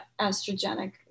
estrogenic